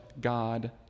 God